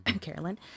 Carolyn